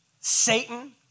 Satan